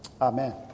Amen